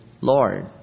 Lord